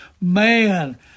Man